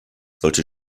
sollte